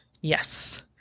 Yes